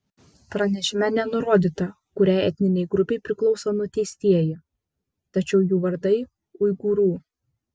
pranešime nenurodyta kuriai etninei grupei priklauso nuteistieji tačiau jų vardai uigūrų